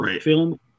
film